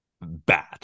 Bad